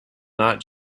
not